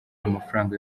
amafaranga